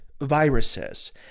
viruses